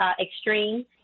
extreme